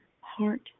heart